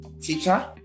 teacher